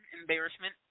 embarrassment